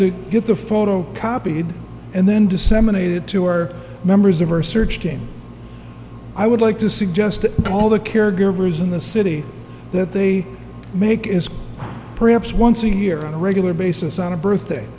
to get the photo copied and then disseminated to our members of our search team i would like to suggest all the caregivers in the city that they make is perhaps once a year on a regular basis on a birthday